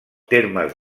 termes